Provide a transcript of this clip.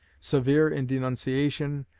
severe in denunciation,